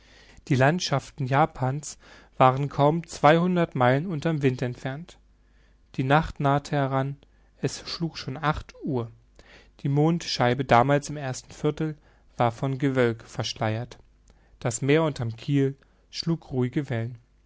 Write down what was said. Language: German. die land schaften japans waren kaum zweihundert meilen unter'm wind entfernt die nacht nahte heran es schlug schon acht uhr die mondscheibe damals im ersten viertel war von gewölk verschleiert das meer unter'm kiel schlug ruhige wellen